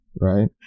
right